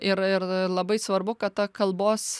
ir ir labai svarbu kad ta kalbos